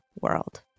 world